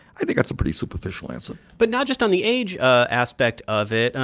i think that's a pretty superficial answer but not just on the age ah aspect of it.